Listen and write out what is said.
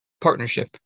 partnership